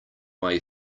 way